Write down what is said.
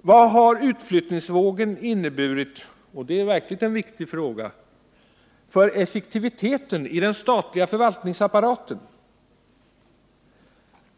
Vad har utflyttningsvågen inneburit — och det är verkligen en viktig fråga — för effektiviteten i den statliga förvaltningsapparaten?